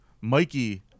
Mikey